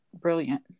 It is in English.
brilliant